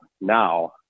now